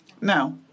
now